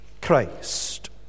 Christ